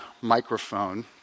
microphone